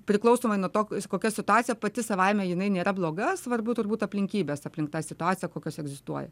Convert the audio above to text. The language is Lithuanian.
priklausomai nuo to kokia situacija pati savaime jinai nėra bloga svarbu turbūt aplinkybės aplink tą situaciją kokios egzistuoja